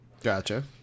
gotcha